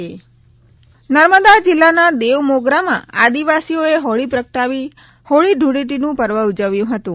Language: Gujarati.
આદિવાસી હોળી નર્મદા જિલ્લાના દેવમોગરામાં આદિવાસીઓએ હોળી પ્રગટાવી હોળી ધૂળેટીનુ પર્વ ઉજવ્યુ હતુ